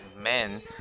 men